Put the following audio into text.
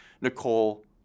Nicole